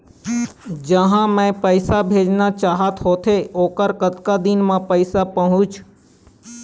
जहां मैं पैसा भेजना चाहत होथे ओहर कतका दिन मा पैसा पहुंचिस?